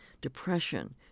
depression